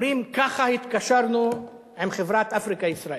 אומרים: ככה התקשרנו עם חברת "אפריקה-ישראל".